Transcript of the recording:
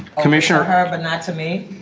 commissioner. have. not to me.